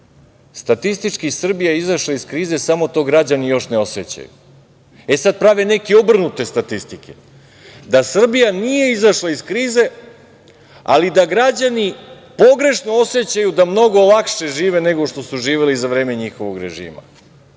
statistički, Srbija je izašla iz krize samo to građani još ne osećaju. E, sad prave neke obrnute statistike – da Srbija nije izašla iz krize, ali da građani pogrešno osećaju da mnogo lakše žive nego što su živeli za vreme njihovog režima.